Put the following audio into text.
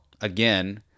again